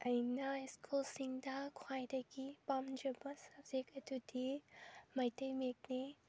ꯑꯩꯅ ꯁ꯭ꯀꯨꯜꯁꯤꯡꯗ ꯈ꯭ꯋꯥꯏꯗꯒꯤ ꯄꯥꯝꯖꯕ ꯁꯕꯖꯦꯛ ꯑꯗꯨꯗꯤ ꯃꯩꯇꯩ ꯃꯌꯦꯛꯅꯤ